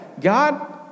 God